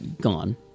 gone